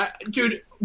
Dude